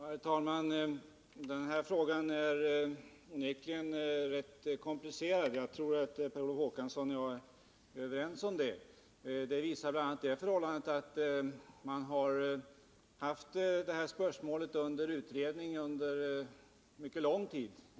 Herr talman! Den här frågan är onekligen rätt komplicerad, vilket jag tror Per Olof Håkansson och jag är överens om. Det visar bl.a. det förhållandet att detta spörsmål har varit föremål för utredning under mycket lång tid.